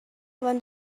when